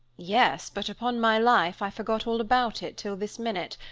yes, but upon my life, i forgot all about it till this minute.